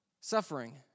suffering